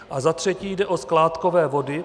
A za třetí jde o skládkové vody.